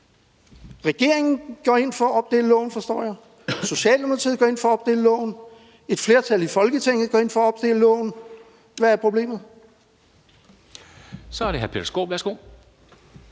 Regeringen går ind for at opdele lovforslaget, forstår jeg, Socialdemokratiet går ind for at opdele lovforslaget, et flertal i Folketinget går ind for at opdele lovforslaget. Hvad er problemet? Kl. 10:08 Formanden (Henrik